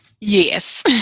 yes